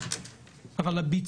לא רק,